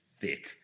thick